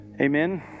Amen